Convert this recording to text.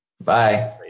Bye